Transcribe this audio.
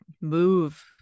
move